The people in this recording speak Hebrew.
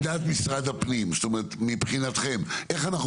מה עמדת משרד הפנים לגבי מה צריך